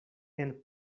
and